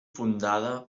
fundada